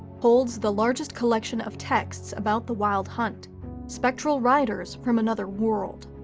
holds the largest collection of texts about the wild hunt spectral riders from another world.